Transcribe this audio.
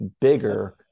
bigger